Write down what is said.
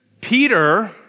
Peter